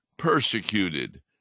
persecuted